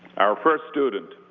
our first student.